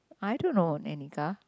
I don't know any car